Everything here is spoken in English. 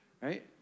right